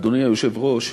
אדוני היושב-ראש,